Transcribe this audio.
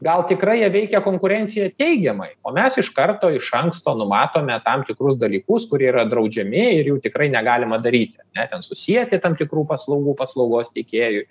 gal tikrai jie veikia konkurenciją teigiamai o mes iš karto iš anksto numatome tam tikrus dalykus kurie yra draudžiami ir jų tikrai negalima daryti ne ten susieti tam tikrų paslaugų paslaugos tiekėjui